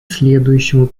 следующему